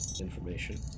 information